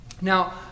Now